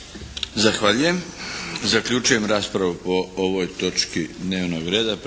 Zahvaljujem. Zaključujem raspravu po ovoj točki dnevnog reda.